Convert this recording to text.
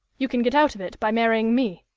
you can get out of it by marrying me